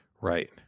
Right